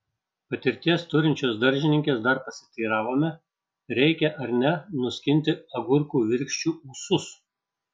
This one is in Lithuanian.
patirties turinčios daržininkės dar pasiteiravome reikia ar ne nuskinti agurkų virkščių ūsus